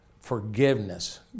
forgiveness